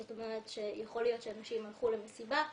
זאת אומרת, יכול להיות שהנשים הלכו למסיבה,